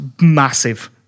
massive